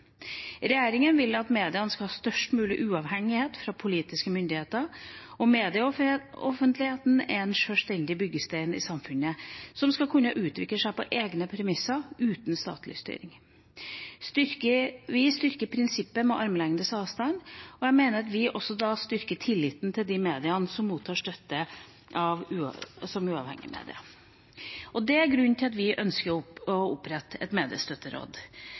Regjeringa vil at mediene skal ha størst mulig uavhengighet av politiske myndigheter. Medieoffentligheten er en sjølstendig byggestein i samfunnet som skal kunne utvikle seg på egne premisser, uten statlig styring. Vi styrker prinsippet med armlengdes avstand, og jeg mener at vi da også styrker tilliten til de mediene som mottar støtte som uavhengige medier. Det er grunnen til at vi ønsker å opprette